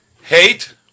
hate